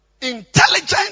intelligent